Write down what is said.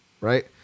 right